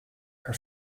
her